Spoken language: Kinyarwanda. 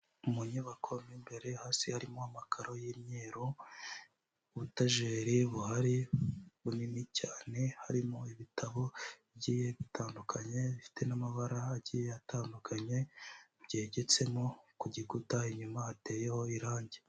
Mu nyubako mo imbere, hasi harimo amakaro y'imyeru ubutajeri buhari bunini cyane, harimo ibitabo bigiye bitandukanye, bifite n'amabara agiye atandukanye byegetsemo, ku gikuta inyuma hateyeho irangi.